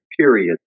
period